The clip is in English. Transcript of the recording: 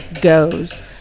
goes